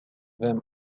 them